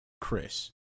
Chris